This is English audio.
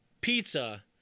Pizza